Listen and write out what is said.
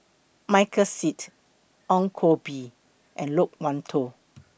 Michael Seet Ong Koh Bee and Loke Wan Tho